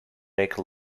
make